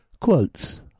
Quotes